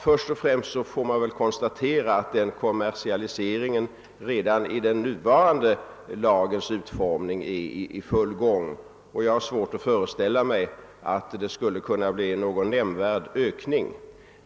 Först och främst vill jag konstatera att denna kommersialisering redan vid den nuvarande lagens utformning är i full gång. Jag har svårt att föreställa mig att en ändring av lagen skulle kunna medföra någon nämnvärd ökning.